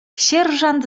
sierżant